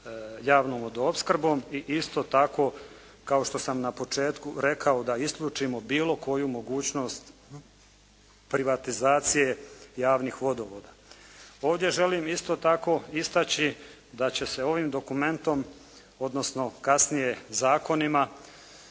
javnom vodoopskrbom. I isto tako kao što sam na početku rekao da isključimo bilo koju mogućnost privatizacije javnih vodovoda. Ovdje želim isto tako istaći da će se ovim dokumentom odnosno kasnije zakonima